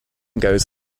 goes